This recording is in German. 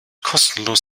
kostenlos